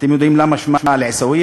אתם יודעים למה שמה אל-עיסאוויה,